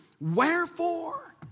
Wherefore